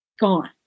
gone